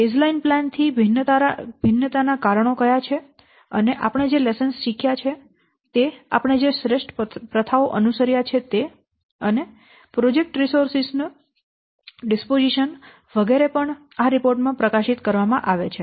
baseline યોજના થી ભિન્નતા ના કારણો કયા છે અને આપણે જે લેસન્સ શીખ્યા છે તે આપણે જે શ્રેષ્ઠ પ્રથાઓ અનુસર્યા છે તે અને પ્રોજેક્ટ સંસાધનો નો ડિસ્પોઝિશન વગેરે પણ આ રિપોર્ટ માં પ્રકાશિત કરવામાં આવે છે